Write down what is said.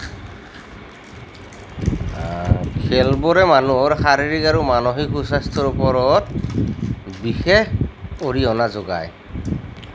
খেলবোৰে মানুহৰ শাৰীৰিক আৰু মানসিক সু স্বাস্থ্যৰ ওপৰত বিশেষ অৰিহণা যোগায়